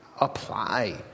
apply